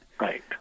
right